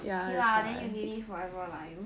okay lah then you it forever lah you